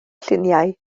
lluniau